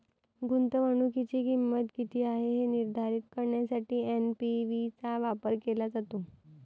गुंतवणुकीची किंमत किती आहे हे निर्धारित करण्यासाठी एन.पी.वी चा वापर केला जातो